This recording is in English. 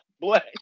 Black